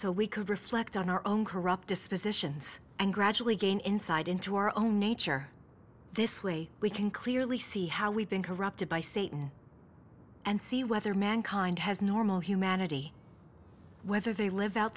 so we could reflect on our own corrupt dispositions and gradually gain insight into our own nature this way we can clearly see how we've been corrupted by satan and see whether mankind has normal humanity whether they live out